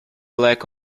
lack